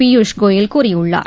பியூஷ்கோயல் கூறியுள்ளார்